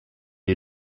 you